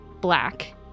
black